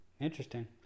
interesting